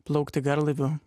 plaukti garlaiviu